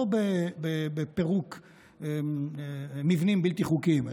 לא בפירוק של מבנים בלתי חוקיים,